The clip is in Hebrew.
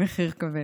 מחר בקיזוז.